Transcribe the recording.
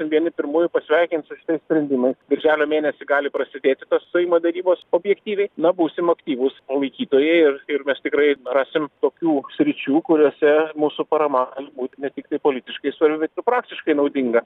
vieni pirmųjų pasveikins su šitais sprendimais birželio mėnesį gali prasidėti stojimo derybos objektyviai na būsim aktyvūs palaikytojai ir ir mes tikrai rasim tokių sričių kuriose mūsų parama gali būt ne tik politiškai svarbi bet ir praktiškai naudinga